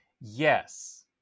Yes